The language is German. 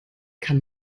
kann